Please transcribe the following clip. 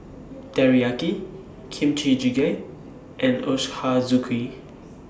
Teriyaki Kimchi Jjigae and Ochazuke